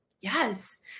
yes